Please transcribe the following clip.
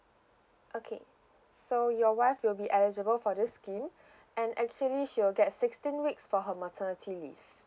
okay so your wife will be eligible for this scheme and actually she will get sixteen weeks for her maternity leave